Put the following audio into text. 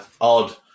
odd